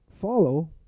follow